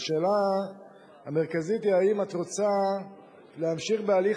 והשאלה המרכזית היא האם את רוצה להמשיך בהליך